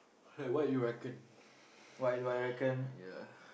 like what do you reckon ya